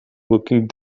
looking